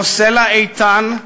כמו סלע איתן,